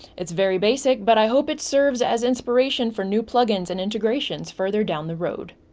it's very basic but i hope it serves as inspiration for new plugins and integrations further down the road.